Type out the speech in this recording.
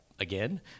again